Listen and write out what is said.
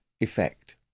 effect